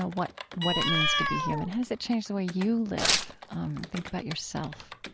ah what what it means to be human? how does it change the way you live think about yourself?